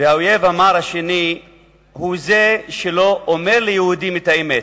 האויב המר השני הוא זה שלא אומר ליהודים את האמת.